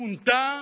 פונתה